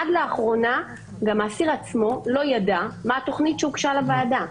עד לאחרונה גם האסיר עצמו לא ידע מה התוכנית שהוגשה לוועדה.